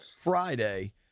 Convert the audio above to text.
Friday